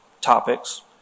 topics